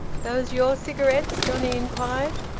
those your cigarettes? johnnie inquired.